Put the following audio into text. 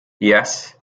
yes